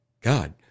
God